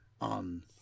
on